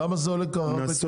למה זה עולה כל כך הרבה?